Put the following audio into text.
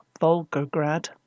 Volgograd